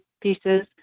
pieces